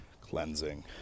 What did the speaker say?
cleansing